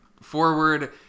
forward